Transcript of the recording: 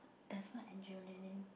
there's one Angeline